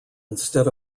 instead